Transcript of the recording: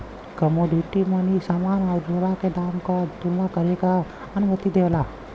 commodity money समान आउर सेवा के दाम क तुलना करे क अनुमति देवला